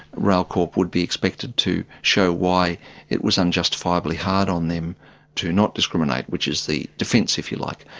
rail corp would be expected to show why it was unjustifiably hard on them to not discriminate, which is the defence, if you like.